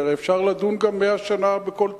כי הרי אפשר לדון גם מאה שנה בכל תוכנית.